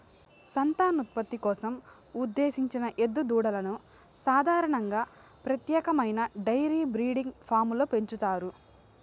సంతానోత్పత్తి కోసం ఉద్దేశించిన ఎద్దు దూడలను సాధారణంగా ప్రత్యేకమైన డెయిరీ బ్రీడింగ్ ఫామ్లలో పెంచుతారు